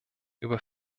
über